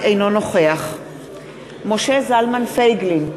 אינו נוכח משה זלמן פייגלין,